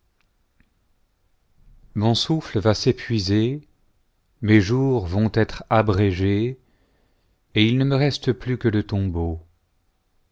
mon souffle va s'épuiser mes jours vont être abrégés et il ne me reste pluh que le tombeau